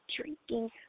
drinking